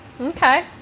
Okay